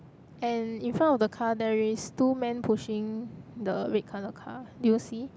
and in front of the car there is two men pushing the red colour car did you see